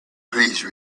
please